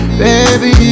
baby